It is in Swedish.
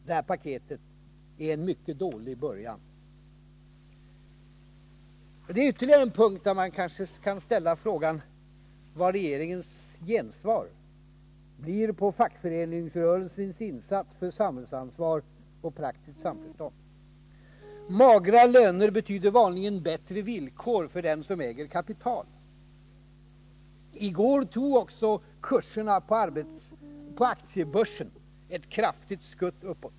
Det här paketet är en dålig början. Det är ytterligare en punkt där man kanske kan ställa frågan, vad regeringens gensvar blir på fackföreningsrörelsens insats för samhällsansvar och praktiskt samförstånd. Magra löner betyder vanligen bättre villkor för den som äger kapital. I går tog också kurserna på aktiebörsen ett kraftigt skutt uppåt.